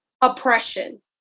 oppression